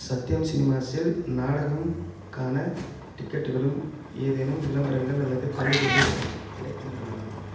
சத்யம் சினிமாஸில் நாடகம்க்கான டிக்கெட்டுகளும் ஏதேனும் விளம்பரங்கள் அல்லது தள்ளுபடிகள் கிடைக்கின்றனவா